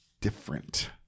different